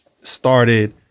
started